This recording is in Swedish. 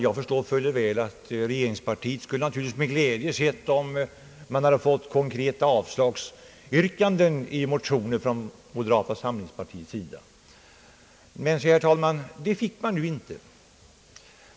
Jag förstår fuller väl att regeringspartiet naturligtvis skulle med glädje ha sett att det i motioner från moderata samlingspartiet framställts konkreta avslagsyrkanden. Men, herr talman, det fick man inte.